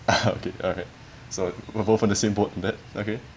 okay alright so we're both in the same boat in that okay